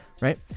right